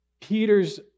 Peter's